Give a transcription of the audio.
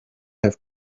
have